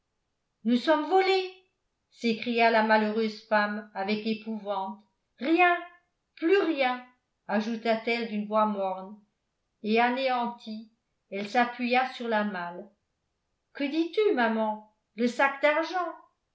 nous sommes volées s'écria la malheureuse femme avec épouvante rien plus rien ajouta-t-elle d'une voix morne et anéantie elle s'appuya sur la malle que dis-tu maman le sac d'argent